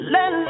Let